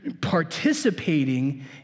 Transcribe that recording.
participating